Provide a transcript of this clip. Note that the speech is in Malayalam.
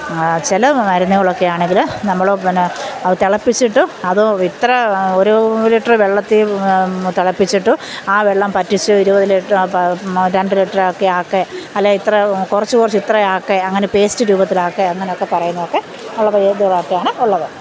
ചില മരുന്നുകളൊക്കെ ആണെങ്കിൽ നമ്മൾ പിന്നെ അത് തിളപ്പിച്ചിട്ട് അത് ഇത്ര ഒരു ഒരു ലിറ്റർ വെള്ളത്തിൽ തിളപ്പിച്ചിട്ട് ആ വെള്ളം വറ്റിച്ച് ഇരുപത് ലിറ്ററ് രണ്ട് ലിറ്ററൊക്കെയാക്കി അല്ലെങ്കിൽ ഇത്ര കുറച്ച് കുറച്ച് ഇത്രയാക്കി അങ്ങനെ പേസ്റ്റ് രൂപത്തിലാക്കി അങ്ങനെയൊക്കെ പറയുന്നതൊക്കെ ഉള്ളത് ഏതു ഭാഗത്താണ് ഉള്ളത്